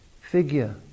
figure